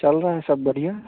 चल रहा है सब बढ़िया